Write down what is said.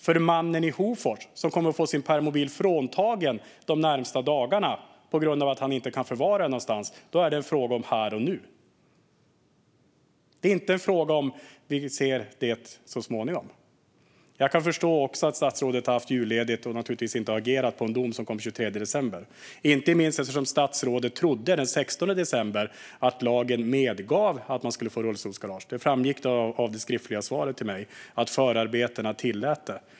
För mannen i Hofors som de närmaste dagarna kommer att få sin permobil fråntagen på grund av att han inte kan förvara den någonstans är det en fråga om här och nu. Det är inte en fråga där man kan säga: Vi vill se det så småningom. Jag kan förstå att statsrådet har haft julledigt och naturligtvis inte har agerat på en dom som kom den 23 december, särskilt inte då statsrådet den 16 december trodde att lagen medgav att man skulle få rullstolsgarage. Det framgick av det skriftliga svaret till mig att förarbetena tillät det.